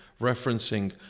referencing